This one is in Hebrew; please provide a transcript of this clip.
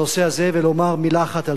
ולומר מלה אחת על טורקיה,